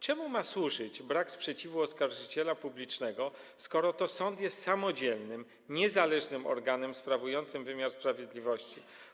Czemu ma służyć brak sprzeciwu oskarżyciela publicznego, skoro to sąd jest samodzielnym, niezależnym organem, który sprawuje wymiar sprawiedliwości?